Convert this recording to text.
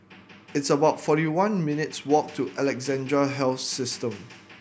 it's about forty one minutes' walk to Alexandra Health System